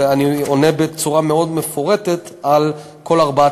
ואני עונה בצורה מאוד מפורטת על כל ארבע השאלות.